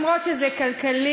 למרות שזה כלכלי,